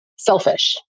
Selfish